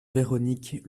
véronique